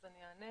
אז אני אענה